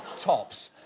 tops.